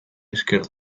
esker